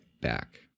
back